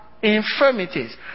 infirmities